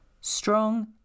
Strong